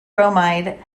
bromide